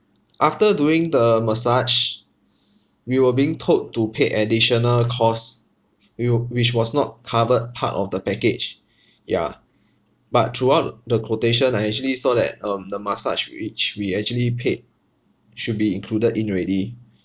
after doing the massage we were being told to pay additional costs we were which was not covered part of the package ya but throughout the quotation I actually saw that um the massage which we actually paid should be included in already